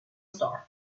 star